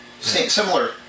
Similar